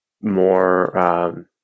more